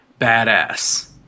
badass